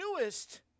newest